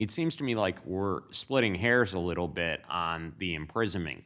it seems to me like we're splitting hairs a little bit on the imprisonment